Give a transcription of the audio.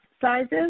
sizes